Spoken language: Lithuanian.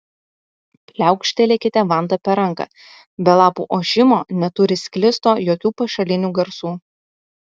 pliaukštelėkite vanta per ranką be lapų ošimo neturi sklisto jokių pašalinių garsų